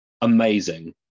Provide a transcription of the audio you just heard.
amazing